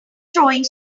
throwing